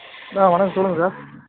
வணக்கம் சொல்லுங்கள் சார்